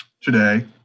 today